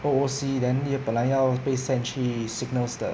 O_O_C then 因为本来要被 send 去 signals 的